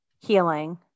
healing